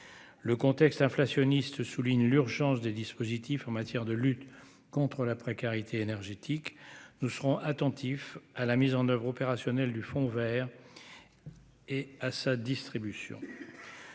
le contexte inflationniste, souligne l'urgence des dispositifs en matière de lutte contre la précarité énergétique nous serons attentifs à la mise en oeuvre opérationnelle du Fonds Vert et à sa distribution